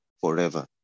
forever